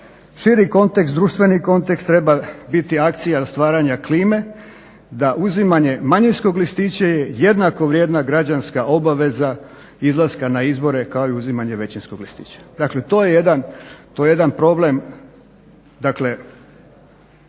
širi kontekst, društveni kontekst treba biti akcija stvaranje klime da uzimanje manjinskog listića je jednako vrijedna građanska obaveza izlaska na izbore kao i uzimanje većinskog listića. Dakle, to je jedan problem